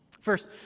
First